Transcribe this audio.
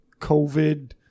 covid